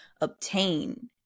obtain